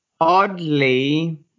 oddly